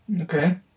Okay